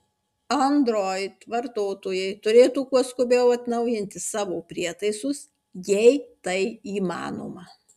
android vartotojai turėtų kuo skubiau atnaujinti savo prietaisus jei tai įmanoma